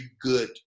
good